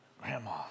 Grandma